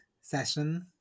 session